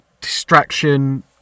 ...distraction